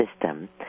system